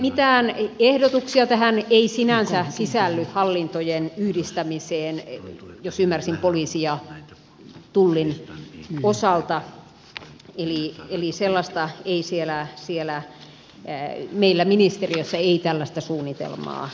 mitään ehdotuksia ei sinänsä sisälly tähän hallintojen yhdistämiseen jos ymmärsin poliisin ja tullin osalta eli yli sellasta viisi elää siellä käy meillä ministeriössä ei tällaista suunnitelmaa ole